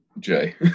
Jay